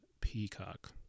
Peacock